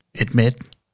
admit